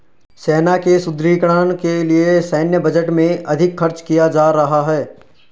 सेना के सुदृढ़ीकरण के लिए सैन्य बजट में अधिक खर्च किया जा रहा है